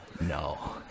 No